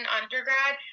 undergrad